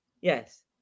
yes